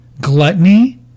Gluttony